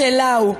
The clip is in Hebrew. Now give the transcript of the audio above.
שלה הוא.